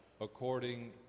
according